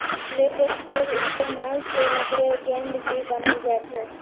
लेटेक्सेर इस्तेमाल से रबरेर गेंद भी बनाल जा छे